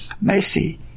messy